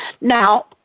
Now